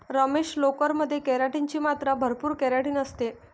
रमेश, लोकर मध्ये केराटिन ची मात्रा भरपूर केराटिन असते